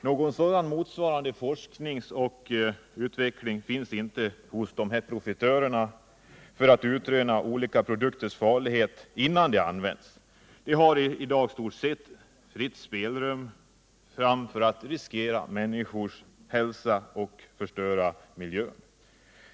Någon motsvarande forskning och utveckling görs däremot inte av dessa profitörer för att utröna olika produkters farlighet innan de används. De har i dag i stort sett fritt spelrum och kan riskera människors hälsa och förstöra vår miljö.